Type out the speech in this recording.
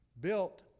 built